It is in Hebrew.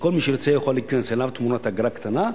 שכל מי שירצה יוכל להיכנס אליו תמורת אגרה קטנה,